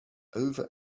over